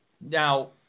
Now